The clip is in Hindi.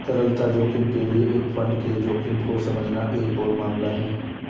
तरलता जोखिम के लिए एक फंड के जोखिम को समझना एक और मामला है